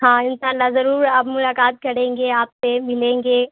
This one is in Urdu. ہاں ان ساء اللہ ضرور اب ملاقات کریں گے آپ سے ملیں گے